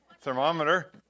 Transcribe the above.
thermometer